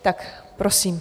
Tak prosím.